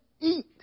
eat